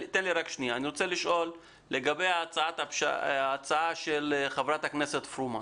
אני רוצה לשאול לגבי ההצעה של חברת הכנסת פרומן.